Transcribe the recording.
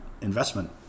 investment